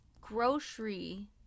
grocery